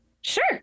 sure